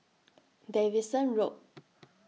Davidson Road